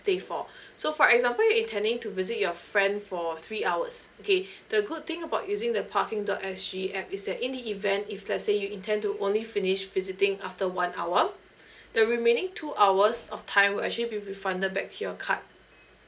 stay for so for example you intending to visit your friend for three hours okay the good thing about using the parking dot S G app is that in the event if let's say you intend to only finish visiting after one hour the remaining two hours of time will actually be refunded back to your card